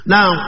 Now